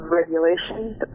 regulations